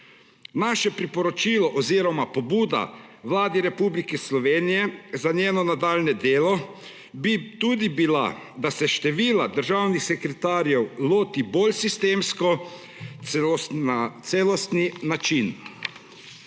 Naše priporočilo oziroma pobuda Vladi Republike Slovenije za njeno nadaljnje delo bi tudi bila, da se števila državnih sekretarjev loti bolj sistemsko, celo na celostni način.